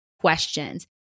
questions